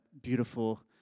beautiful